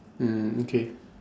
mm okay